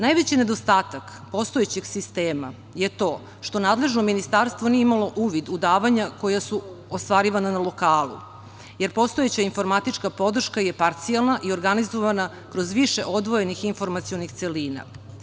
Najveći nedostatak postojećeg sistema je to što nadležno ministarstvo nije imalo uvid u davanja koja su ostvarivana na lokalu, jer postojeća informatička podrška je parcijalna i organizovana kroz više odvojenih informacionih celina.